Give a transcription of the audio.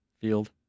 field